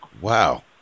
Wow